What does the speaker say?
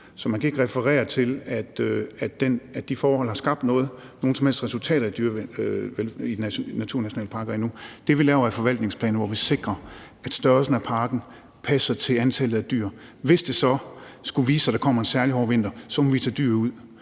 så man kan ikke referere til, at de forhold har skabt nogen som helst resultater i naturnationalparker endnu. Det, vi laver, er en forvaltningsplan, hvor vi sikrer, at størrelsen af parken passer til antallet af dyr. Hvis det så skulle vise sig, at der kommer en særlig hård vinter, så må vi tage dyr ud.